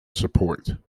support